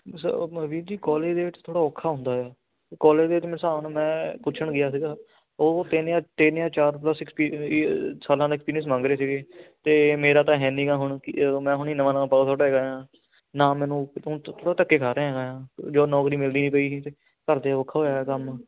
ਸ ਆਪਣਾ ਵੀਰ ਜੀ ਕੋਲਜ ਦੇ ਵਿੱਚ ਥੋੜ੍ਹਾ ਔਖਾ ਹੁੰਦਾ ਆ ਕੋਲਜ ਦੇ ਹਿਸਾਬ ਨਾਲ ਮੈਂ ਪੁੱਛਣ ਗਿਆ ਸੀਗਾ ਉਹ ਕਹਿੰਦੇ ਆ ਤਿੰਨ ਜਾਂ ਚਾਰ ਪਲਸ ਐਕਪੀਰੀ ਈ ਸਾਲਾਂ ਦਾ ਐਕਸਪੀਰੀਐਂਸ ਮੰਗ ਰਹੇ ਸੀਗੇ ਅਤੇ ਮੇਰਾ ਤਾਂ ਹੈ ਨਹੀਂ ਗਾ ਹੁਣ ਮੈਂ ਹੁਣੇ ਨਵਾਂ ਨਵਾਂ ਪਾਸ ਆਊਟ ਹੈਗਾ ਹਾਂ ਨਾ ਮੈਨੂੰ ਥੋੜ੍ਹਾ ਧੱਕੇ ਖਾ ਰਿਹਾ ਜੋ ਨੌਕਰੀ ਮਿਲਦੀ ਨਹੀਂ ਪਈ ਕੋਈ ਘਰ ਦੇ ਔਖਾ ਹੋਇਆ ਕੰਮ